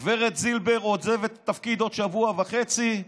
גב' זילבר עוזבת את התפקיד בעוד שבוע וחצי.